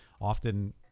often